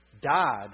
died